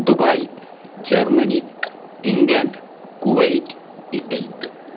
Dubai Germany England Kuwait Italy